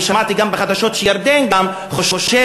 אני שמעתי גם בחדשות שירדן גם חושבת,